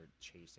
chasing